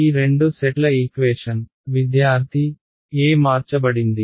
ఈ రెండు సెట్ల ఈక్వేషన్ విద్యార్థి E మార్చబడింది